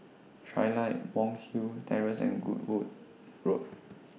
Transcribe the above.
Trilight Monk's Hill Terrace and Goodwood Road